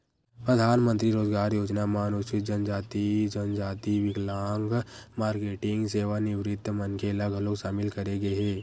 परधानमंतरी रोजगार योजना म अनुसूचित जनजाति, जनजाति, बिकलांग, मारकेटिंग, सेवानिवृत्त मनखे ल घलोक सामिल करे गे हे